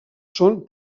són